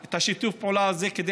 את שיתוף הפעולה הזה צריך